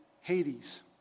Hades